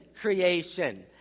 creation